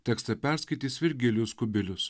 tekstą perskaitys virgilijus kubilius